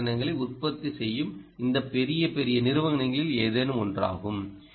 ஓ சாதனங்களை உற்பத்தி செய்யும் இந்த பெரிய பெரிய நிறுவனங்களில் ஏதேனும் ஒன்றாகும்